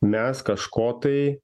mes kažko tai